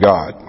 God